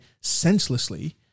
senselessly